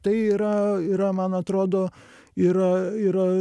tai yra yra man atrodo yra yra